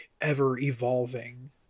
ever-evolving